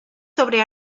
sobre